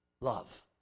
love